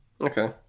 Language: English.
okay